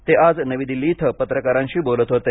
ते आज नवी दिल्ली इथं पत्रकारांशी बोलत होते